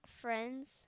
Friends